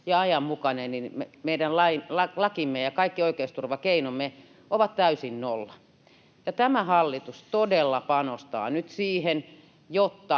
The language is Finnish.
ja ajanmukainen, niin meidän lakimme ja kaikki oikeusturvakeinomme ovat täysin nolla. Tämä hallitus todella panostaa nyt siihen,